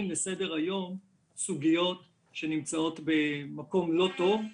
לסדר היום סוגיות שנמצאות במקום לא טוב,